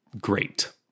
great